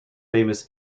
famous